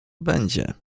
będzie